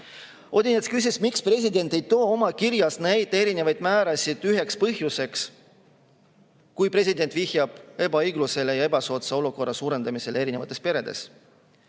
Odinets küsis, miks president ei too oma kirjas neid erinevaid määrasid üheks põhjuseks, kui president viitab ebaõiglusele ja ebasoodsa olukorra suurendamisele erinevates peredes.